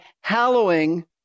hallowing